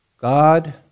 God